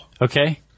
Okay